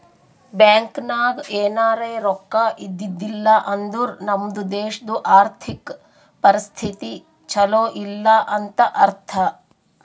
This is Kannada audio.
ಬ್ಯಾಂಕ್ ನಾಗ್ ಎನಾರೇ ರೊಕ್ಕಾ ಇದ್ದಿದ್ದಿಲ್ಲ ಅಂದುರ್ ನಮ್ದು ದೇಶದು ಆರ್ಥಿಕ್ ಪರಿಸ್ಥಿತಿ ಛಲೋ ಇಲ್ಲ ಅಂತ ಅರ್ಥ